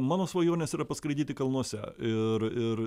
mano svajonės yra paskraidyti kalnuose ir ir